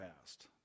past